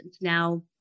Now